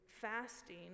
fasting